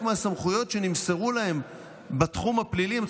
לוותר על חלק מהסמכויות שנמסרו להם בתחום הפלילי.